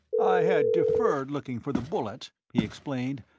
i had deferred looking for the bullet, he explained,